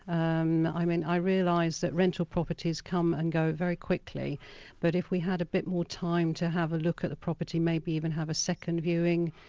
um i mean i realise that rental properties come and go very quickly but if we had a bit more time to have a look at the property, maybe even have a second viewing,